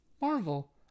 Marvel